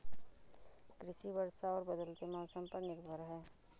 कृषि वर्षा और बदलते मौसम पर निर्भर है